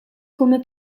come